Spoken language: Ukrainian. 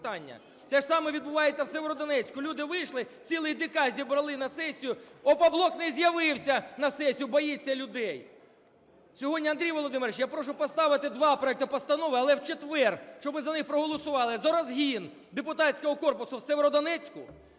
Те ж саме відбувається вСєвєродонецьку. Люди вийшли, цілий ДК зібрали на сесію, "Опоблок" не з'явився на сесію, боїться людей. Сьогодні, Андрій Володимирович, я прошу поставити два проекти постанови, але в четвер, щоби за них проголосували, за розгін депутатського корпусу в Сєвєродонецьку